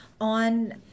on